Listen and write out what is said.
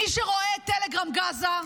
מי שרואה את טלגרם Gaza,